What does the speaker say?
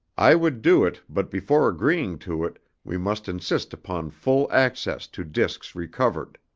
i would do it but before agreeing to it we must insist upon full access to discs recovered.